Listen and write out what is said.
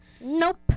Nope